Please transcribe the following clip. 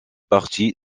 partie